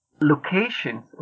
locations